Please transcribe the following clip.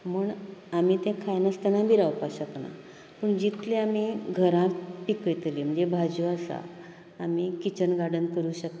म्हण आमी तें खायना आसतना बी रावपाक शकना पूण जितले आमी घरांक पिकयतली म्हणजे भाजी आसा आमी किचन गार्डन करूंक शकतात